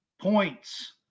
points